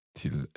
till